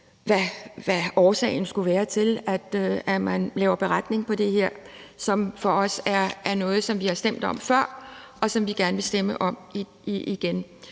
hvad årsagen skulle være til, at vi skriver en beretning om det her; det er jo noget, vi har stemt om før, og som vi gerne vil stemme om igen.